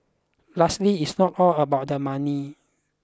lastly it's not all about the money